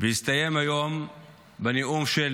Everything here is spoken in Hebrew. והסתיים היום בנאום של